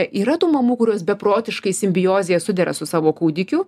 yra tų mamų kurios beprotiškai simbiozėje su dera su savo kūdikiu